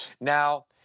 Now